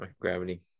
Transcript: Gravity